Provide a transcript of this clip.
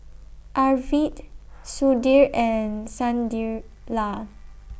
Arvind Sudhir and Sunderlal